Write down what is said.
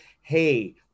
hey